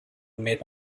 made